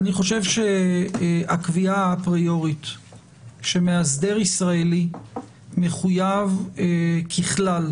לדעתי, הקביעה האפריורית שמאסדר ישראלי מחויב ככלל